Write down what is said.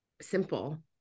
simple